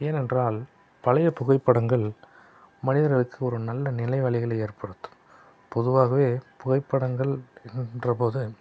ஏனென்றால் பழையப் புகைப்படங்கள் மனிதர்களுக்கு ஒரு நல்ல நினைவலைகளை ஏற்படுத்தும் பொதுவாகவே புகைப்படங்கள் என்ற போது